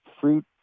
fruit